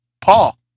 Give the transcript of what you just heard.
Paul